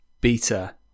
beta